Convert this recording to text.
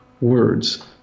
words